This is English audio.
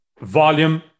volume